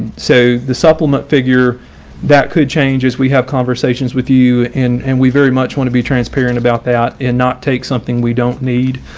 so the supplement figure that could change is we have conversations with you. and we very much want to be transparent about that and not take something we don't need.